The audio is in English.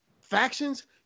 factions